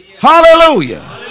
Hallelujah